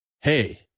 Hey